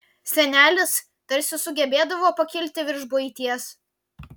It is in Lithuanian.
senelis tarsi sugebėdavo pakilti virš buities